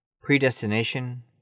Predestination